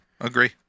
agree